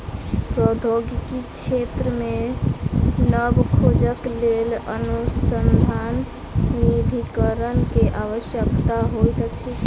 प्रौद्योगिकी क्षेत्र मे नब खोजक लेल अनुसन्धान निधिकरण के आवश्यकता होइत अछि